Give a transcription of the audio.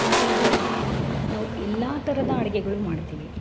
ಹಾಗಾಗಿ ನಾವು ಎಲ್ಲ ಥರದ ಅಡುಗೆಗಳು ಮಾಡ್ತೀವಿ